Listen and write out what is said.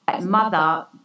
mother